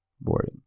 Boring